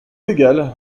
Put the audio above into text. égal